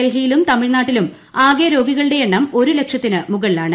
ഡൽഹിയിലും തമിഴ്നാട്ടിലും ആകെ രോഗികളുടെ എണ്ണം ഒരു ലക്ഷത്തിന് മുകളിലാണ്